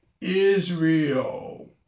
Israel